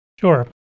Sure